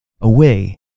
away